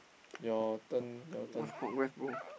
your turn your turn